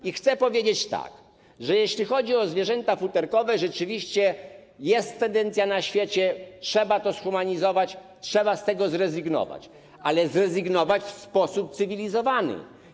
I chcę powiedzieć tak, że jeśli chodzi o zwierzęta futerkowe, to rzeczywiście jest taka tendencja na świecie, trzeba to humanizować, trzeba z tego zrezygnować, ale zrezygnować w sposób cywilizowany.